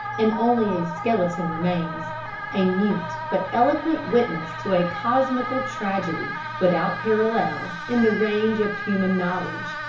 and only a skeleton remains a mute but eloquent witness to a cosmical tragedy without parallel in the range of human knowledge.